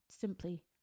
simply